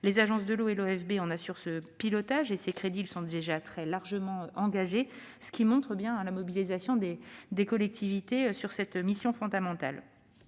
Les agences de l'eau et l'OFB en assurent le pilotage. Ces crédits sont déjà largement engagés, ce qui montre bien la mobilisation des collectivités sur cette mission fondamentale.